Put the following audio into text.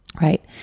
right